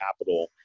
capital